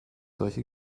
solche